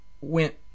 went